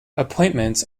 appointments